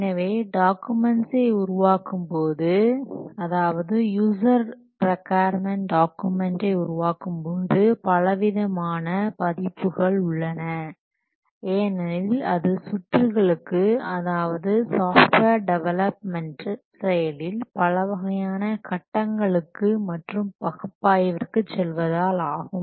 எனவே டாக்குமென்ட்ஸை உருவாக்கும்போது அதாவது யூசர் ரிக்கொயர்மென்ட் டாக்குமெண்டை உருவாக்கும் போது பலவிதமான பதிப்புகள் உள்ளன ஏனெனில் அது சுற்றுகளுக்கு அதாவது சாஃப்ட்வேர் டெவலப்மெண்ட் செயலில் பலவகையான கட்டங்களுக்கு மற்றும் பகுப்பாய்விற்கு செல்வதால் ஆகும்